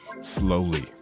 slowly